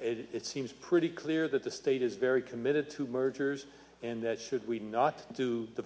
it seems pretty clear that the state is very committed to mergers and that should we not do the